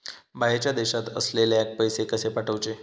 बाहेरच्या देशात असलेल्याक पैसे कसे पाठवचे?